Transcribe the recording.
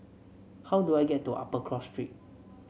how do I get to Upper Cross Street